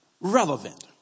relevant